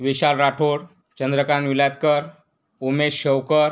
Vishal Rathod Chandrakant Vilatkar Umesh Avkar